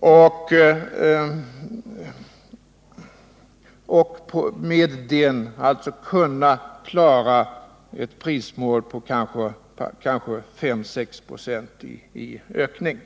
Jag tror att vi med den politiken skall kunna klara ett mål när det gäller prisutvecklingen på kanske 5-6 96 i ökning.